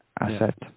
asset